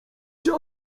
czy